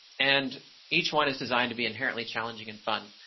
and each one is designed to be inherently challenging and fun.